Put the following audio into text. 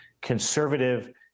conservative